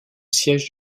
siège